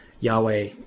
Yahweh